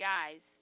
Guys